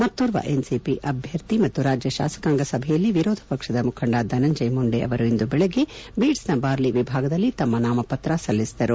ಮತ್ತೋರ್ವ ಎನ್ಸಿಪಿ ಅಭ್ಯರ್ಥಿ ಮತ್ತು ರಾಜ್ಯ ಶಾಸಕಾಂಗ ಸಭೆಯಲ್ಲಿ ವಿರೋಧಪಕ್ಷದ ಮುಖಂಡ ಧನಂಜಯ್ ಮುಂಡೆ ಅವರು ಇಂದು ಬೆಳಗ್ಗೆ ಬೀಡ್ಸ್ನ ಪಾರ್ಲಿ ವಿಭಾಗದಲ್ಲಿ ತಮ್ಮ ನಾಮಪತ್ರ ಸಲ್ಲಿಸಿದರು